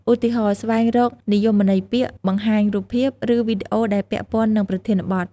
ឧទាហរណ៍ ស្វែងរកនិយមន័យពាក្យ បង្ហាញរូបភាព ឬវីដេអូដែលពាក់ព័ន្ធនឹងប្រធានបទ។